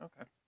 Okay